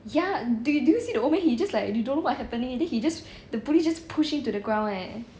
ya they did you see the old man he just like don't know what happening then he just the police just push him to the ground eh